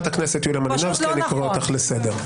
חברת הכנסת יוליה מלינובסקי, אני קורא אותך לסדר.